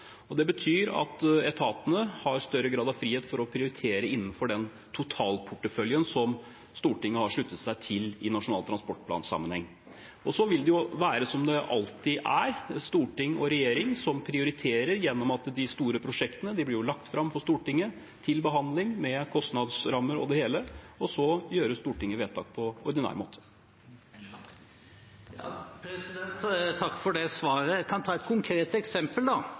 Det betyr at etatene har større grad av frihet til å prioritere innenfor den totalporteføljen som Stortinget har sluttet seg til i sammenheng med Nasjonal transportplan. Så vil det være – som det alltid er – slik at storting og regjering prioriterer gjennom at de store prosjektene blir lagt fram for Stortinget til behandling, med kostnadsrammer og det hele, og så gjør Stortinget vedtak på ordinær måte. Takk for det svaret. Jeg kan ta et konkret eksempel.